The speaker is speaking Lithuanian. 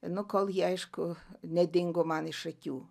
nu kol ji aišku nedingo man iš akių